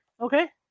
Okay